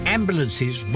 Ambulances